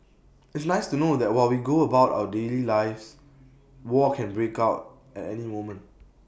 it's nice to know that while we go about our daily lives war can break out at any moment